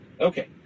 Okay